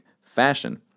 fashion